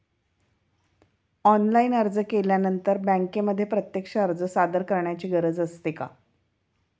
Online अर्ज केल्यानंतर बँकेमध्ये प्रत्यक्ष अर्ज सादर करायची गरज असते का?